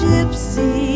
Gypsy